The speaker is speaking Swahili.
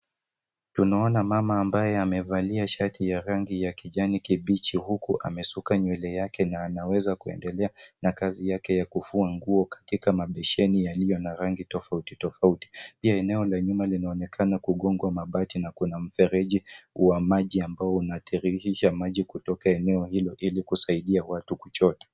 Tunaona mama ambaye amevalia shati ya rangi ya kijani kibichi huku amesuka nywele yake na anaweza kuendelea na kazi yake ya kufua nguo katika mabesheni yaliyo na rangi tofauti tofauti. Pia eneo la nyuma linaonekana kugongwa mabati na kuna mfereji wa maji ambao unatiririsha maji kutoka eneo hilo ili kusaidia watu kuchota.